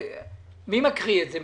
מי מקריא את זה,